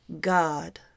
God